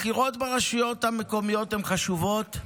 הבחירות ברשויות המקומיות הן חשובות,